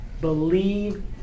believe